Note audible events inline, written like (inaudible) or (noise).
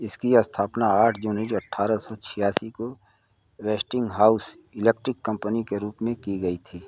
इसकी स्थापना आठ (unintelligible) अट्ठारह सौ छियासी को वेस्टिंगहाउस इलेक्ट्रिक कम्पनी के रूप में की गई थी